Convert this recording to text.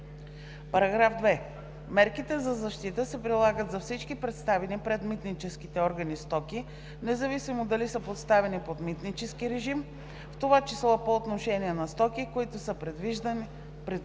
(2) Мерките за защита се прилагат за всички представени пред митническите органи стоки, независимо дали са поставени под митнически режим, в това число по отношение на стоки, които са придвижвани под режим транзит.